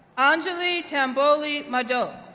anjali tamboli madhok,